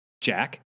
Jack